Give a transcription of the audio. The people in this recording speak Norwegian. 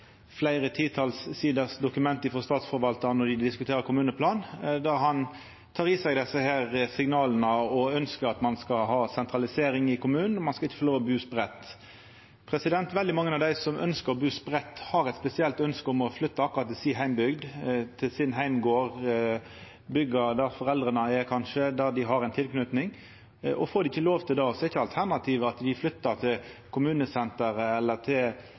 fleire titals sider frå Statsforvaltaren då dei diskuterte kommuneplanen, der han tek til seg desse signala og ønskjer at ein skal ha sentralisering i kommunen, at ein skal ikkje få lov til å bu spreidd. Veldig mange av dei som ønskjer å bu spreidd, har eit spesielt ønske om å flytta akkurat til heimbygda si, til heimgarden sin, byggja der foreldra er, kanskje, der dei har ei tilknyting. Får dei ikkje lov til det, er ikkje alternativet at dei flyttar til kommunesenteret eller til eit kollektivknutepunkt i nærleiken. Då flyttar dei kanskje til